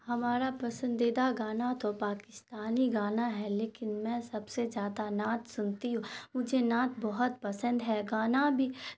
ہمارا پسندیدہ گانا تو پاکستانی گانا ہے لیکن میں سب سے جادہ نعت سنتی ہوں مجھے نعت بہت پسند ہے گانا بھی